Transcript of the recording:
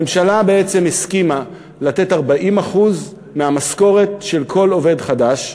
הממשלה בעצם הסכימה לתת 40% מהמשכורת של כל עובד חדש.